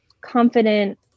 confident